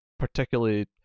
Particularly